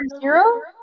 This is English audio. zero